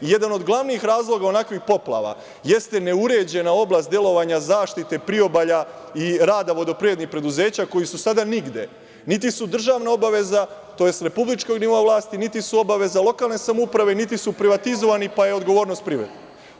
Jedan od glavnih razloga onakvih poplava jeste neuređena oblast delovanja zaštite priobalja i rada vodoprivrednih preduzeća koji su sada nigde, niti su državna obaveza tj. republičkog nivoa vlasti, niti su obaveza lokalne samouprave, niti su privatizovani, pa je odgovornost privatnika.